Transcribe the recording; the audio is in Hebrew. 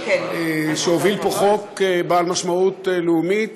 שהוביל פה חוק בעל משמעות לאומית